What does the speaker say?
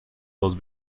dos